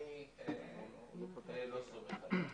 אנילא סומך עליה.